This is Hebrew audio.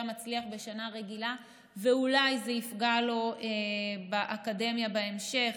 מצליח בשנה רגילה ואולי זה יפגע לו באקדמיה בהמשך.